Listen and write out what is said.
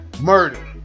Murder